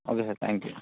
okay sir thank you